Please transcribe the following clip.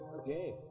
Okay